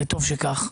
וטוב שכך.